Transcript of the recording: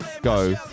go